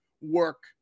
work